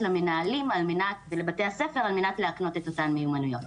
למנהלים ולבתי הספר על מנת להקנות את אותן מיומנויות.